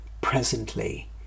presently